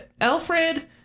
Alfred